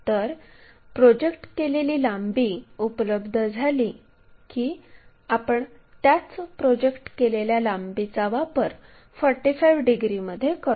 तर प्रोजेक्ट केलेली लांबी उपलब्ध झाली की आपण त्याच प्रोजेक्ट केलेल्या लांबीचा वापर 45 डिग्रीमध्ये करतो